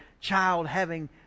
child-having